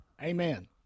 amen